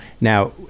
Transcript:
now